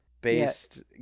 based